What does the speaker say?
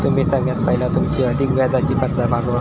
तुम्ही सगळ्यात पयला तुमची अधिक व्याजाची कर्जा भागवा